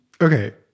Okay